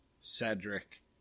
Cedric